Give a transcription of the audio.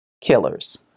killers